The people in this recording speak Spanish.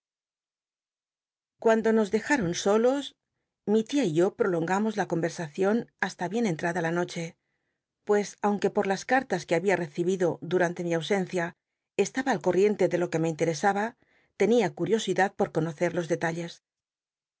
cuando nos dejaron solos mi tia y yo prolongamos la conrersacion hasta bien entrada la noche pues aunque pot las cartas que babia recibido durante mi ausencia estaba al corriente de lo que me interesaba tenia curiosidad pot conocer los detalles